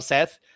Seth